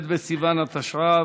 ח' בסיוון התשע"ו,